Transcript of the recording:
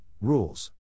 rules